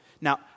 Now